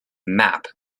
map